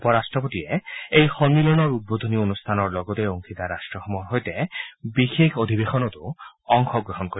উপ ৰাট্টপতিয়ে এই সন্মিলনৰ উদ্বোধনী অনুষ্ঠানৰ লগতে অংশীদাৰ ৰাষ্ট্ৰসমূহৰ সৈতে বিশেষ অধিৱেশনতো অংশগ্ৰহণ কৰিব